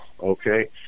Okay